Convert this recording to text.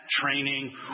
training